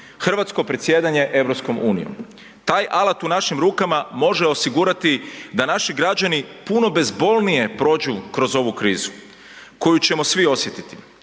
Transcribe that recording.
hrvatsko predsjedanje EU. Taj alat u našim rukama može osigurati da naši građani puno bezbolnije prođu kroz ovu krizu koju ćemo svi osjetiti.